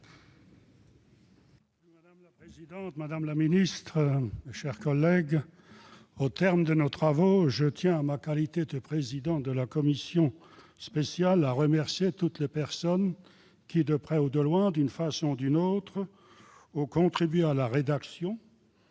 Madame la présidente, madame la secrétaire d'État, mes chers collègues, au terme de nos travaux, je tiens, en ma qualité de président de la commission spéciale, à remercier toutes les personnes qui, de près ou de loin, d'une façon ou d'une autre, ont contribué à la rédaction,